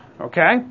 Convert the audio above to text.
okay